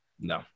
No